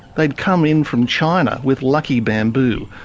they'd come in from china with lucky bamboo,